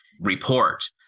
report